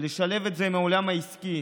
ולשלב את זה עם העולם העסקי,